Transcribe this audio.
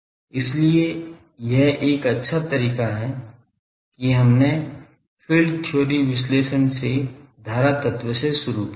इसलिए यह एक अच्छा तरीका है कि हमने फील्ड थ्योरी विश्लेषण से धारा तत्व से शुरू किया है